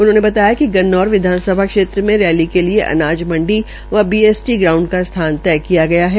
उन्होंने बताया कि गन्नौर विधानसभा क्षेत्र में रैली के लिये अनाज मंडीव बीएसटी ग्राउंड का स्थान तय किया गया है